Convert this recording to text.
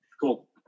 Cool